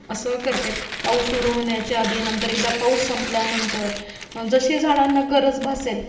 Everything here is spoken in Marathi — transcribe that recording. असं करते पाऊस सुरु होण्याच्या आधी नंतर एकदा पाऊस संपल्यानंतर जसे झाडांना गरज भासेल